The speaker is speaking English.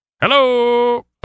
Hello